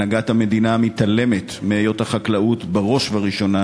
הנהגת המדינה מתעלמת מהיות החקלאות בראש ובראשונה